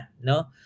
no